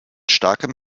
starkem